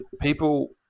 People